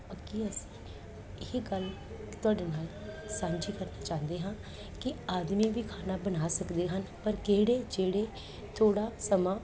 ਕਿ ਅਸੀਂ ਇਹ ਗੱਲ ਤੁਹਾਡੇ ਨਾਲ ਸਾਂਝੀ ਕਰਨਾ ਚਾਹੁੰਦੇ ਹਾਂ ਕਿ ਆਦਮੀ ਵੀ ਖਾਣਾ ਬਣਾ ਸਕਦੇ ਹਨ ਪਰ ਕਿਹੜੇ ਜਿਹੜੇ ਥੋੜ੍ਹਾ ਸਮਾਂ